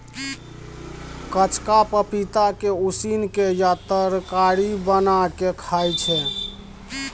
कचका पपीता के उसिन केँ या तरकारी बना केँ खाइ छै